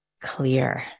clear